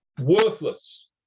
worthless